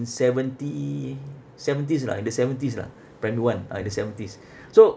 in seventy seventies lah in the seventies lah primary one ah in the seventies so